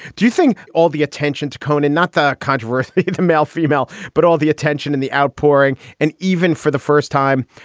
do you think all the attention to and not the controversy. it's a male female, but all the attention and the outpouring and even for the first time,